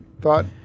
thought